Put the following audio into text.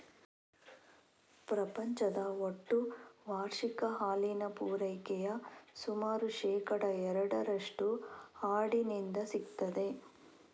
ಪ್ರಪಂಚದ ಒಟ್ಟು ವಾರ್ಷಿಕ ಹಾಲಿನ ಪೂರೈಕೆಯ ಸುಮಾರು ಶೇಕಡಾ ಎರಡರಷ್ಟು ಆಡಿನಿಂದ ಸಿಗ್ತದೆ